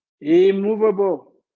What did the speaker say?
immovable